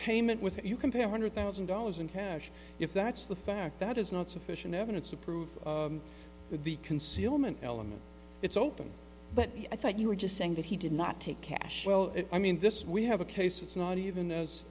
payment with you compare hundred thousand dollars in cash if that's the fact that is not sufficient evidence to prove the concealment element it's open but i thought you were just saying that he did not take cash well i mean this we have a case it's not even as